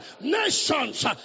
Nations